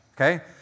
okay